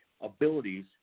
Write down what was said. abilities